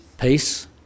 Peace